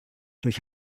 durch